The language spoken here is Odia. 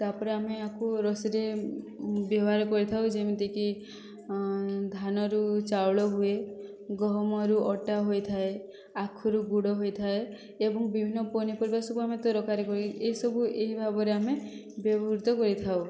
ତା ପରେ ଆମେ ଆକୁ ରୋଷେଇରେ ବ୍ୟବହାର କରିଥାଉ ଯେମିତି କି ଧାନରୁ ଚାଉଳ ହୁଏ ଗହମରୁ ଅଟା ହୋଇଥାଏ ଆଖୁରୁ ଗୁଡ଼ ହୋଇଥାଏ ଏବଂ ବିଭିନ୍ନ ପନିପରିବା ସବୁ ଆମେ ତରକାରୀ କରି ଏହିସବୁ ଏହି ଭାବରେ ଆମେ ବ୍ୟବହୃତ କରିଥାଉ